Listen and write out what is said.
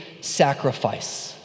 sacrifice